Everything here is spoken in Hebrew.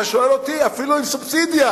אתה שואל אותי, אפילו עם סובסידיה,